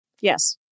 Yes